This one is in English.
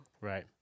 Right